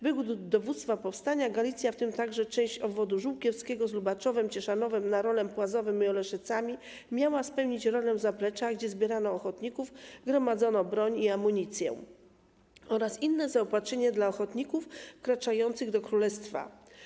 Według dowództwa powstania Galicja, w tym także część obwodu żółkiewskiego z Lubaczowem, Cieszanowem, Narolem, Płazowem i Oleszycami, miała pełnić rolę zaplecza, gdzie zbierano ochotników, gromadzono broń i amunicję oraz inne zaopatrzenie dla ochotników wkraczających do Królestwa.